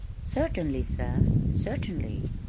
certainly, sir, certainly,